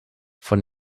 von